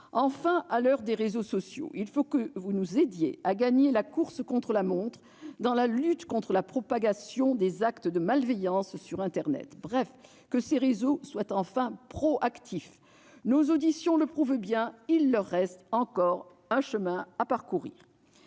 Enfin, à l'heure des réseaux sociaux, il faut que vous nous aidiez à gagner la course contre la montre engagée en matière de lutte contre la propagation des actes de malveillance sur internet. Bref, il faut que les réseaux soient enfin proactifs. Nos auditions le prouvent bien, il leur reste encore beaucoup de chemin à parcourir.